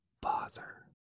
bother